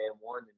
one